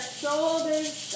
shoulders